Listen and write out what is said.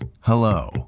Hello